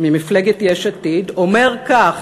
ממפלגת יש עתיד, אומר כך: